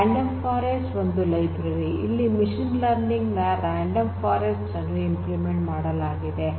random forest ಒಂದು library ಇಲ್ಲಿ machine learning ನ ರಾನ್ಡಮ್ ಫಾರೆಸ್ಟ್ ಅನ್ನು ಇಂಪ್ಲಿಮೆಂಟ್ ಮಾಡಲಾಗಿದೆ